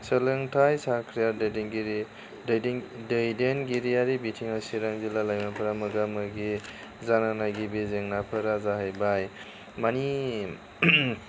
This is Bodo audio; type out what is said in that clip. सोलोंथाइ साख्रिया दैदेनगिरि दैदेनगिरियारि बिथिङाव चिरां लाइमोनफोरा मोगा मोगि जानांनाय गिबि जेंनाफोरा जाहैबाय माने